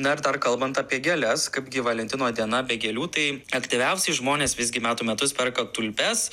na ir dar kalbant apie gėles kaip gi valentino diena be gėlių tai aktyviausiai žmonės visgi metų metus perka tulpes